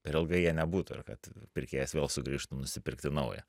per ilgai jie nebūtų ir kad pirkėjas vėl sugrįžtų nusipirkti naują